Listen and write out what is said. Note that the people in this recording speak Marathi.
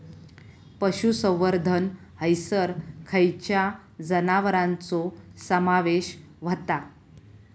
पशुसंवर्धन हैसर खैयच्या जनावरांचो समावेश व्हता?